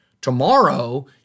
Tomorrow